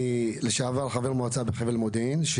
לשעבר חבר מועצה בחבל מודיעין,